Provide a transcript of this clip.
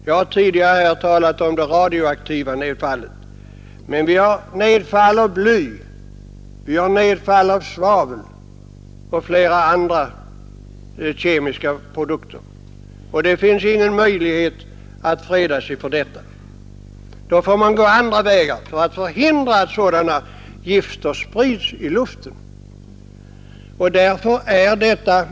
Jag har tidigare här talat om det radioaktiva nedfallet, men det förekommer också nedfall av bly, av svavel och av flera andra kemiska ämnen, och man har ingen möjlighet att freda sig för detta. I så fall får man gå fram på andra vägar och söka förhindra att gifter sprids i luften.